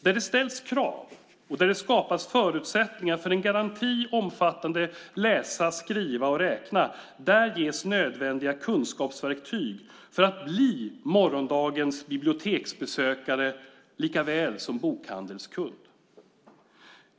Där det ställs krav, och där det skapas förutsättningar för en garanti omfattande läsa, skriva och räkna, där ges nödvändiga kunskapsverktyg för att bli morgondagens biblioteksbesökare likaväl som bokhandelskund.